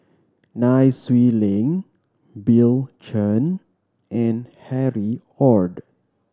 Nai Swee Leng Bill Chen and Harry Ord